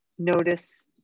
Notice